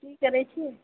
की करैत छी